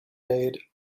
made